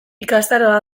ikastaroa